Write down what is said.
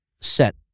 set